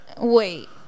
wait